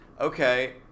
okay